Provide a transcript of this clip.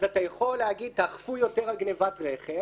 אז אתה יכול להגיד תאכפו יותר על גניבת רכב,